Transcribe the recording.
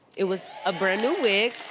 it was a brand new wig.